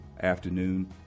afternoon